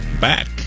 back